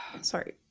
Sorry